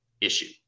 issue